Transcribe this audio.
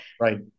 Right